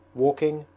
walking,